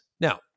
Now